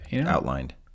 outlined